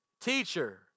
Teacher